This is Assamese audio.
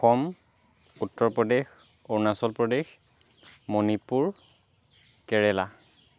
অসম উত্তৰ প্ৰদেশ অৰুনাচল প্ৰদেশ মণিপুৰ কেৰেলা